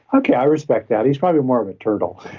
okay, i respect that. he's probably more of a turtle,